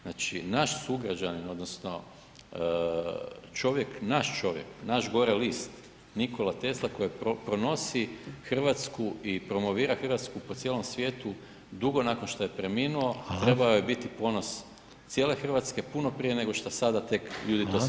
Znači, naš sugrađanin odnosno čovjek, naš čovjek, naš gore list, Nikola Tesla koji pronosi Hrvatsku i promovira Hrvatsku po cijelom svijetu dugo nakon što je preminuo [[Upadica: Hvala.]] trebao je biti ponos cijele Hrvatske puno prije nego što sada tek ljudi to shvaćaju.